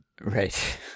Right